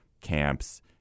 camps